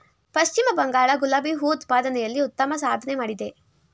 ಪಶ್ಚಿಮ ಬಂಗಾಳ ಗುಲಾಬಿ ಹೂ ಉತ್ಪಾದನೆಯಲ್ಲಿ ಉತ್ತಮ ಸಾಧನೆ ಮಾಡಿದೆ